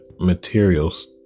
materials